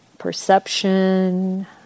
Perception